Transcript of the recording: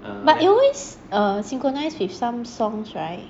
but you always uh synchronized with some songs right